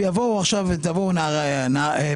יבואו